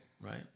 right